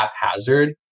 haphazard